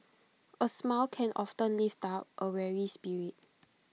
A smile can often lift up A weary spirit